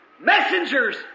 messengers